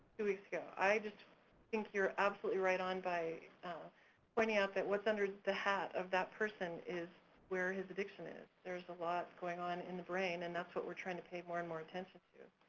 two weeks ago, i just think you're absolutely right on by pointing ah that what's under the hat of that person is where his addiction is, there's a lot going on in the brain and that's what we're trying to pay more and more attention to.